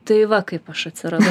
tai va kaip aš atsiradau